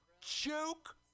Joke